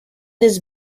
this